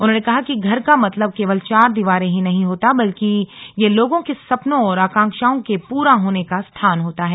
उन्होंने कहा कि घर का मतलब केवल चार दीवारें ही नहीं होता बल्कि यह लोगों के सपनों और आकांक्षाओं के पूरा होने का स्थान होता है